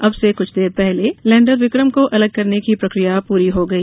अब से कुछ देर पहले लैंडर विक्रम को अलग करने की प्रक्रिया पूरी हो गई